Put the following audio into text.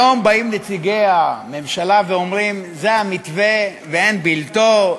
היום באים נציגי הממשלה ואומרים: זה המתווה ואין בלתו,